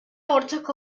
ortak